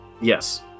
Yes